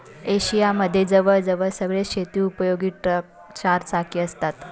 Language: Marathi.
एशिया मध्ये जवळ जवळ सगळेच शेती उपयोगी ट्रक चार चाकी असतात